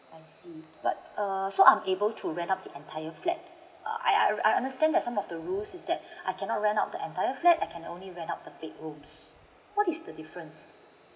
I see but err so I'm able to rent out the entire flat uh I I understand that some of the rules is that I cannot rent out the entire flat I can only rent out the big rooms what is the difference